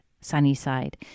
Sunnyside